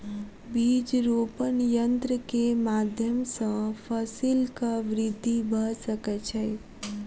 बीज रोपण यन्त्र के माध्यम सॅ फसीलक वृद्धि भ सकै छै